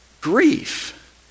grief